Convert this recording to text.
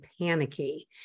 panicky